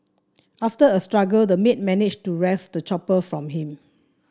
after a struggle the maid managed to wrest the chopper from him